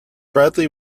bradley